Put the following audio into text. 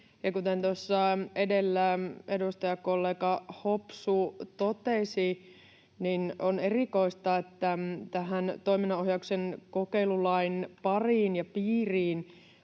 tuossa edellä edustajakollega Hopsu totesi, niin on erikoista, että tähän toiminnanohjauksen kokeilulain pariin ja piiriin